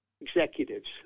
executives